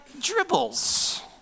dribbles